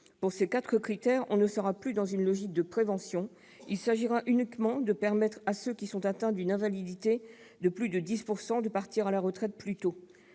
Pour ces quatre critères, on ne sera plus dans une logique de prévention : il s'agira uniquement de permettre à ceux qui sont atteints d'une invalidité de plus de 10 % de partir à la retraite plus tôt.